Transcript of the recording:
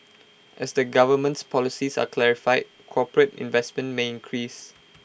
as the government's policies are clarified corporate investment may increase